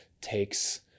takes